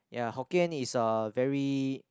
ya Hokkien is a very